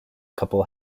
couple